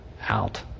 out